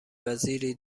وزیری